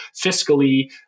fiscally